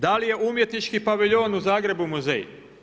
Da li je umjetnički paviljon u Zagrebu muzej?